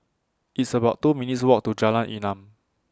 It's about two minutes' Walk to Jalan Enam